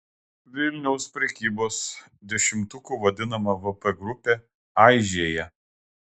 vilniaus prekybos dešimtuku vadinama vp grupė aižėja